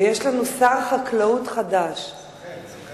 ויש לנו שר חקלאות חדש, סוכן.